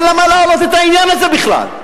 אבל למה להעלות את העניין הזה בכלל?